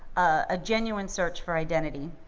a genuine search for identity.